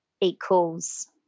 equals